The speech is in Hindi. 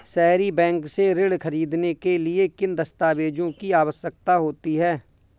सहरी बैंक से ऋण ख़रीदने के लिए किन दस्तावेजों की आवश्यकता होती है?